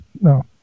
no